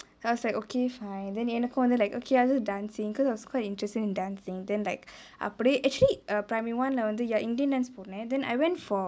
so I was like okay fine then எனக்கு வந்து:enaku vanthu like okay I like dancing because I was quite interested in dancing then like அப்டியே:apdiyae actually err primary one லே வந்து:lae vanthu indian dance பூருனே:poorunae then I went for